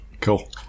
Cool